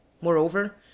Moreover